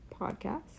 Podcast